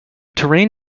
terrain